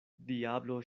diablo